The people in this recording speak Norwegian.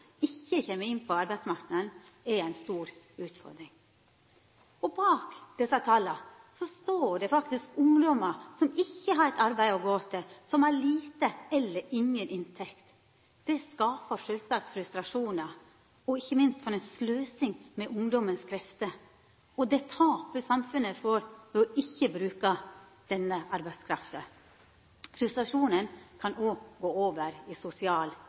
ikkje kjem inn på arbeidsmarknaden, er ei stor utfordring. Bak desse tala står det faktisk ungdommar som ikkje har eit arbeid å gå til, som har lita eller inga inntekt. Det skapar sjølvsagt frustrasjonar – og, ikkje minst, for ei sløsing det er med ungdommens krefter! Og tenk på det tapet som samfunnet får, ved ikkje å bruka denne arbeidskrafta! Frustrasjonen kan òg gå over i sosial